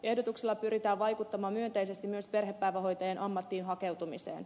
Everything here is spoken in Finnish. ehdotuksella pyritään vaikuttamaan myönteisesti myös perhepäivähoitajan ammattiin hakeutumiseen